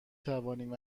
توانیم